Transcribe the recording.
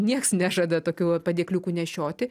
nieks nežada tokių va padėkliukų nešioti